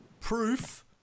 proof